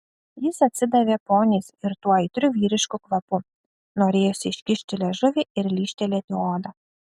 jis atsidavė poniais ir tuo aitriu vyrišku kvapu norėjosi iškišti liežuvį ir lyžtelėti odą